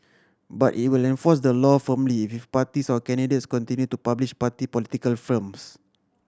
but it will enforce the law firmly if parties or candidates continue to publish party political films